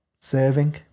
serving